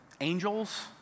angels